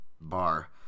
bar